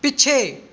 ਪਿੱਛੇ